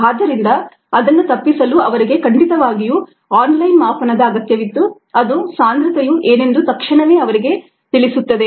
ಆದ್ದರಿಂದ ಅದನ್ನು ತಪ್ಪಿಸಲು ಅವರಿಗೆ ಖಂಡಿತವಾಗಿಯೂ ಆನ್ ಲೈನ್ ಮಾಪನದ ಅಗತ್ಯವಿತ್ತು ಅದು ಸಾಂದ್ರತೆಯು ಏನೆಂದು ತಕ್ಷಣವೇ ಅವರಿಗೆ ತಿಳಿಸುತ್ತದೆ